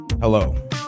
Hello